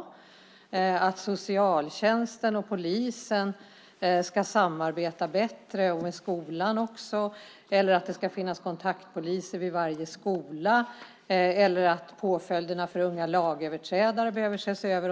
Förslaget om att socialtjänsten och polisen ska samarbeta bättre och även samarbeta med skolan, liksom att det ska finnas kontaktpoliser vid varje skola samt att påföljderna för unga lagöverträdare behöver ses över